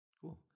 cool